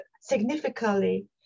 significantly